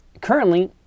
currently